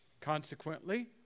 Consequently